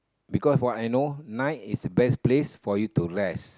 because what I know night is best place for you to rest